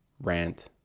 rant